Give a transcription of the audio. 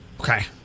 okay